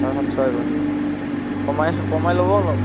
চাৰে সাতশ আহিব নেকি কমাই কমাই ল'ব অলপ